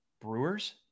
Brewers